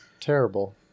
terrible